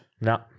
No